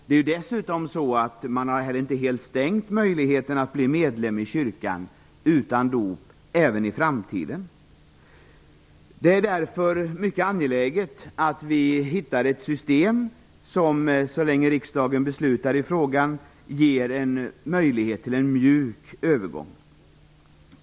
Det är dessutom så att möjligheten att bli medlem i kyrkan utan dop inte helt har stängts i framtiden. Det är därför mycket angeläget att vi hittar ett system som, så länge riksdagen beslutar i frågan, ger en möjlighet till en mjuk övergång.